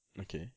okay